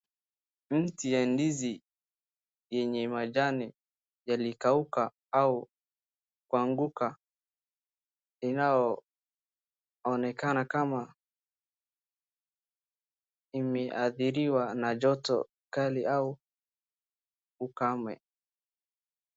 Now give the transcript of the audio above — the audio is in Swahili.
Mti ya ndizi yenye majaniyalikauka au kuanguka unayo onekana kama imeadhiriwa na joto kali au ukame .